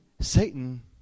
Satan